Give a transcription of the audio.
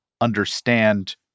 understand